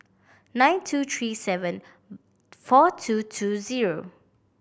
nine two three seven four two two zero